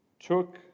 took